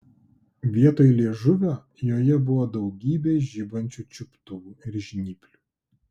vietoj liežuvio joje buvo daugybė žibančių čiuptuvų ir žnyplių